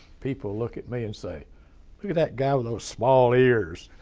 people look at me and say, look at that guy with those small ears.